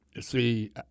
see